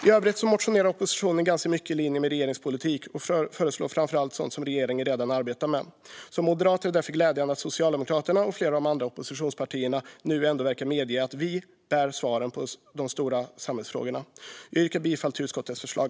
I övrigt motionerar oppositionen ganska mycket i linje med regeringens politik och föreslår framför allt sådant som regeringen redan arbetar med. Som moderat tycker jag därför att det är glädjande att Socialdemokraterna och flera av de andra oppositionspartierna nu ändå verkar medge att vi är svaren på de stora samhällsfrågorna. Jag yrkar bifall till utskottets förslag.